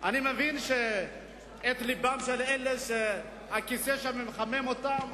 אני מבין ללבם של אלה שהכיסא שם מחמם אותם